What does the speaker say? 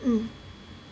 mm